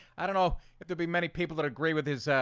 i don't know if there'll be many people that agree with his ah,